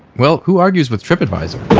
well who argues with tripadvisor?